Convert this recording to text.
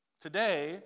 Today